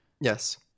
Yes